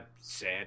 Sad